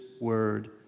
word